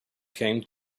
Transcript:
came